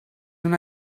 una